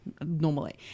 normally